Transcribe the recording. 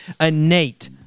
innate